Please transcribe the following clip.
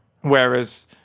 Whereas